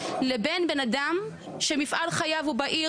לבין בן אדם שמפעל חייו הוא בעיר,